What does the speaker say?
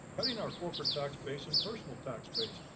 cutting our corporate tax base and personal tax base,